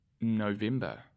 November